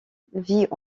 vit